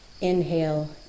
inhale